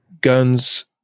guns